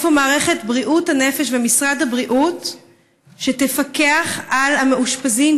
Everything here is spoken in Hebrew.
איפה מערכת בריאות הנפש ומשרד הבריאות שיפקחו על המאושפזים,